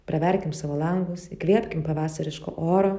praverkim savo langus įkvėpkim pavasariško oro